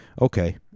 okay